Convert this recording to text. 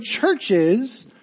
churches